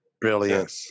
brilliant